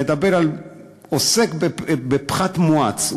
עוסק בפחת מואץ.